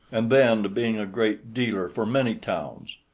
and then to being a great dealer for many towns.